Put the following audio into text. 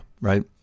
right